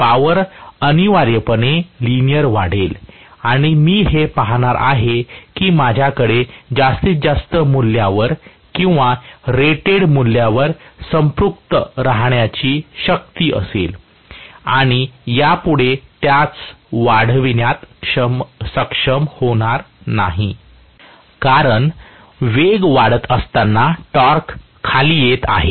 power अनिवार्यपणे linear वाढेल आणि मी हे पाहणार आहे की माझ्याकडे जास्तीत जास्त मूल्यावर किंवा रेटेड मूल्यावर संपृक्त राहण्याची शक्ती असेल आणि यापुढे त्यास वाढविण्यात सक्षम होणार नाही कारण वेग वाढत असताना टॉर्क खाली येत आहे